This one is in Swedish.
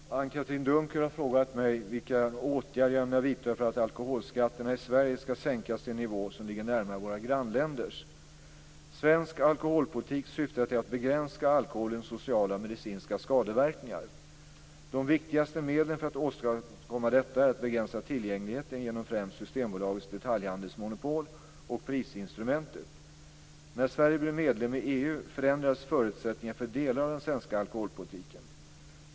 Fru talman! Anne-Katrine Dunker har frågat mig vilka åtgärder jag ämnar vidta för att alkoholskatterna i Sverige skall sänkas till en nivå som ligger närmare våra grannländers. Svensk alkoholpolitik syftar till att begränsa alkoholens sociala och medicinska skadeverkningar. De viktigaste medlen för att åstadkomma detta är att begränsa tillgängligheten genom främst Systembolagets detaljhandelsmonopol och prisinstrumentet. När Sverige blev medlem i EU förändrades förutsättningarna för delar av den svenska alkoholpolitiken.